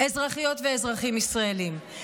אזרחיות ואזרחים ישראלים.